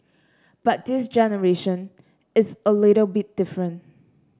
but this generation is a little bit different